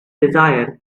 desire